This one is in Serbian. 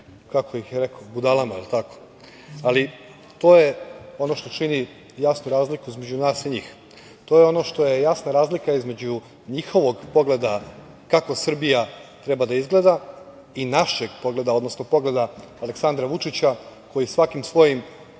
kako je rekao, budalama, jel tako? To je ono što čini jasnu razliku između nas i njih. To je ono što je jasna razlika između njihovog pogleda kako Srbija treba da izgleda i našeg pogleda, odnosno pogleda Aleksandra Vučića, koji svakim svojim